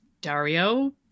Dario